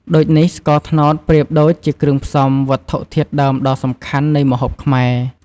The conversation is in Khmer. ដូចនេះ ស្ករត្នោតប្រៀបដូចជាគ្រឿងផ្សំវត្ថុធាតុដើមដ៏សំខាន់នៃម្ហូបខ្មែរ។